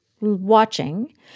watching